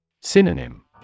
Synonym